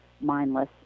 mindless